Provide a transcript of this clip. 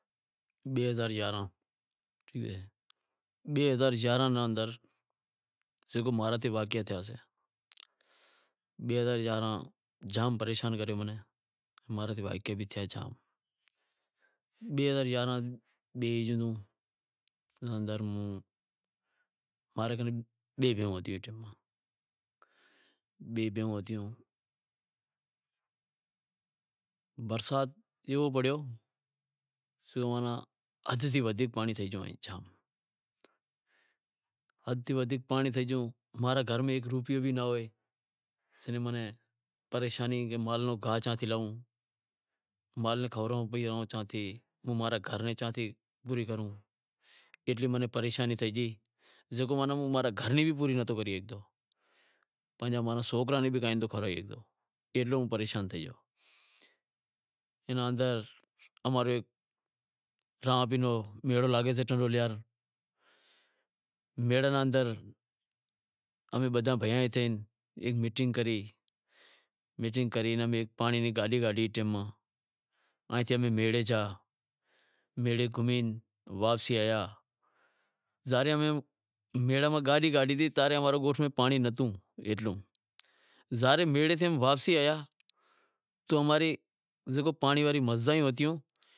بئے ہزار یارانہں مہں کن تمام گھنڑو پریشان کریو، برسات ایوو پڑیو ماناں حد سیں ودھیک پانڑی تھئی گیو، ماناں جام، حد تی ودھیک پانڑی تھی گیو، اماں رے گھر میں کیں بھی ناں ہوئے، ماناں پریشانی جام گھر میں مال رو گاہ بھی ناں ہوئے، اماں رے گھر میں ایڈی ماناں پریشانی تھے گئی، زکو ماناں ہوں گھر ری بھی پوری نتھو کرے شگتو، ماناں ماں رے سوکراں نیں بھی کائیں کھارائے نتھی شگتو، ایڈو پریشان تھے گیو، اینا اندر امارو راماپیر رو میلو لاگیسے ٹنڈو الہیار میڑے ناں اندر امیں بدہا بھیگا تھے ہیک میٹنگ کری، پانڑی ری گاڈی لیدہی، تاں رے امارے گوٹھ میں پانڑی ناں ہتو، ظاہر اے میڑے تی واپسی آیا تو اماری پانڑی واریوں مزدایوں ہتیوں